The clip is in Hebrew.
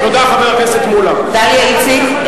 נגד דליה איציק,